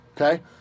okay